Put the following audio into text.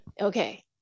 Okay